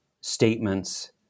statements